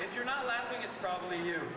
if you're not laughing it's probably you